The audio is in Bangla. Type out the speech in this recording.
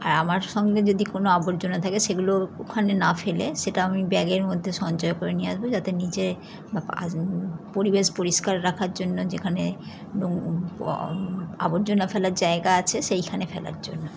আর আমার সঙ্গে যদি কোনো আবর্জনা থাকে সেগুলো ওখানে না ফেলে সেটা আমি ব্যাগের মধ্যে সঞ্চয় করে নিয়ে আসবো যাতে নিজে বা আজ পরিবেশ পরিষ্কার রাখার জন্য যেখানে নোং আবর্জনা ফেলার জায়গা আছে সেইখানে ফেলার জন্য